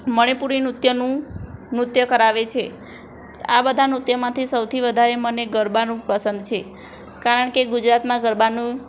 મણિપુરી નૃત્યનું નૃત્ય કરાવે છે આ બધા નૃત્યમાંથી સૌથી વધારે મને ગરબાનું પસંદ છે કારણ કે ગુજરાતમાં ગરબાનું